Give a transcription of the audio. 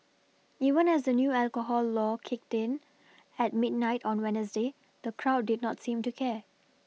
even as the new alcohol law kicked in at midnight on wednesday the crowd did not seem to care